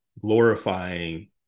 glorifying